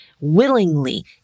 willingly